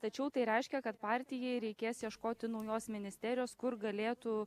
tačiau tai reiškia kad partijai reikės ieškoti naujos ministerijos kur galėtų